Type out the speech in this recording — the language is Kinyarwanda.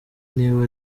niba